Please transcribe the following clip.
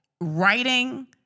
writing